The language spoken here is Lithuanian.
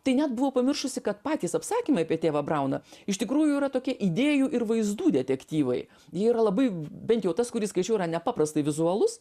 tai net buvau pamiršusi kad patys apsakymai apie tėvą brauną iš tikrųjų yra tokie idėjų ir vaizdų detektyvai jie yra labai bent jau tas kurį skaičiau yra nepaprastai vizualus